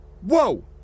whoa